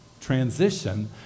transition